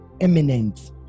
eminent